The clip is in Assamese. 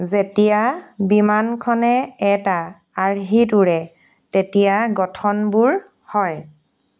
যেতিয়া বিমানখনে এটা আৰ্হিত উৰে তেতিয়া গঠনবোৰ হয়